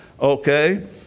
okay